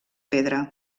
pedra